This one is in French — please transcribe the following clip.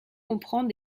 comprend